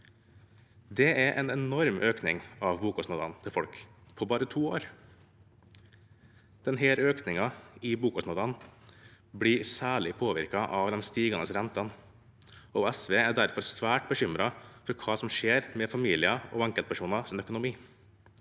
Det er en enorm økning i bokostnadene til folk på bare to år. Denne økningen i bokostnadene blir særlig påvirket av den stigende renten. SV er derfor svært bekymret for hva som skjer med familiers og enkeltpersoners økonomi,